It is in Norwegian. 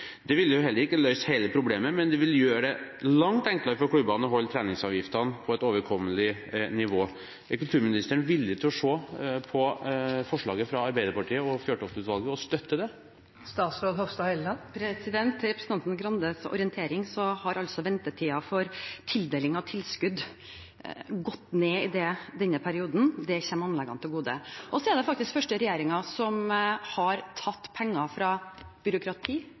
Det ville heller ikke løst hele problemet, men det ville gjøre det langt enklere for klubbene å holde treningsavgiftene på et overkommelig nivå. Er kulturministeren villig til å se på forslaget fra Arbeiderpartiet og Fjørtoft-utvalget og støtte det? Til representanten Grandes orientering har ventetiden for tildeling av tilskudd gått ned i denne perioden. Det kommer anleggene til gode. Dette er faktisk den første regjeringen som har tatt penger fra byråkrati,